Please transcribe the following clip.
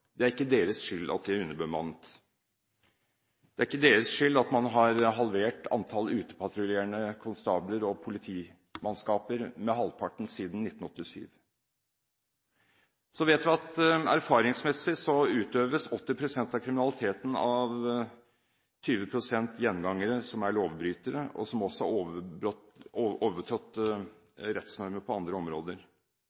Det er ikke deres skyld at de er underbemannet. Det er ikke deres skyld at man har halvert antallet patruljerende politimannskaper siden 1987. Erfaringsmessig vet vi at 80 pst. av kriminaliteten utøves av 20 pst. gjengangere, lovbrytere som har overtrådt rettsreglene på andre områder. Derfor har jeg tro på at det går an også